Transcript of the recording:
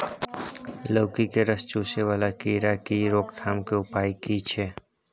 लौकी के रस चुसय वाला कीरा की रोकथाम के उपाय की छै?